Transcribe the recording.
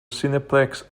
cineplex